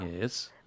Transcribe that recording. Yes